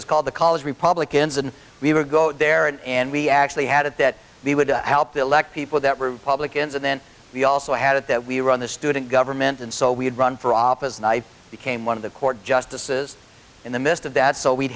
was called the college republicans and we would go there and we actually had it that we would help elect people that were republicans and then we also had it that we run the student government and so we had run for office and i became one of the court justices in the midst of that so we'd